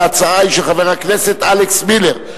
ההצעה היא של חבר הכנסת אלכס מילר,